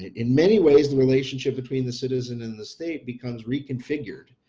in many ways, the relationship between the citizen and the state becomes reconfigured,